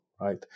right